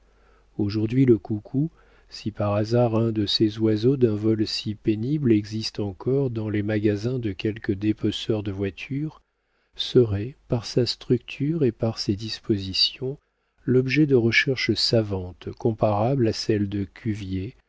aujourd'hui le coucou si par hasard un de ces oiseaux d'un vol si pénible existe encore dans les magasins de quelque dépeceur de voitures serait par sa structure et par ses dispositions l'objet de recherches savantes comparables à celles de cuvier